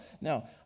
Now